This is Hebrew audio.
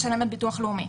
משלמת ביטוח לאומי.